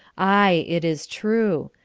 aye, it is true.